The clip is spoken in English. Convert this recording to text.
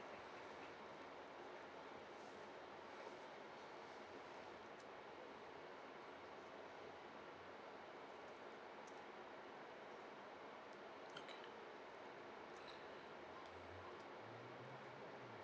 okay